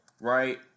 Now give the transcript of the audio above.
right